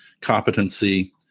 competency